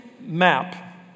map